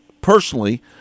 personally